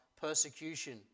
persecution